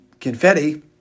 confetti